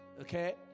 Okay